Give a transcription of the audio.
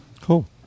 Cool